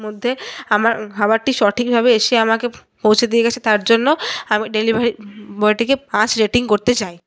মধ্যে আমার খাবারটি সঠিকভাবে এসে আমাকে পৌঁছে দিয়ে গেছে তার জন্য আমি ডেলিভারি বয়টিকে পাঁচ রেটিং করতে চাই